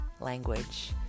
language